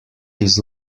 his